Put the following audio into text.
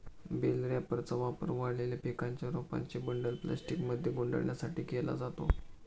bell रॅपरचा वापर वाळलेल्या पिकांच्या रोपांचे बंडल प्लास्टिकमध्ये गुंडाळण्यासाठी केला जातो